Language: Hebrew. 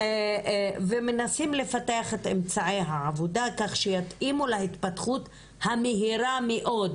ומנסים לפתח את אמצעי העבודה כך שיתאימו להתפתחות המהירה מאוד